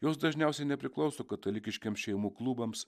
jos dažniausiai nepriklauso katalikiškiems šeimų klubams